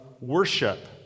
worship